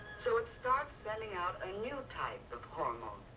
so it starts sending out a new type of hormone,